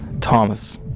Thomas